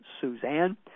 Suzanne